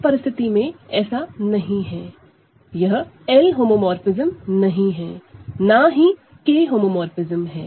इस परिस्थिति में ऐसा नहीं है यह L होमोमोरफ़िज्म नहीं हैना ही K होमोमोरफ़िज्म है